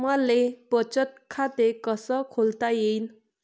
मले बचत खाते कसं खोलता येईन?